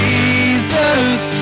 Jesus